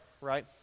right